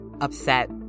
upset